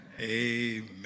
Amen